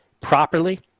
properly